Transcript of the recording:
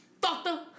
Doctor